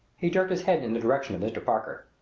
he jerked his head in the direction of mr. parker.